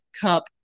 cup